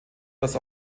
das